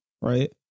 right